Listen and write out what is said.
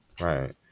right